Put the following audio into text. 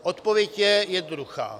Odpověď je jednoduchá.